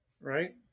Right